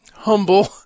humble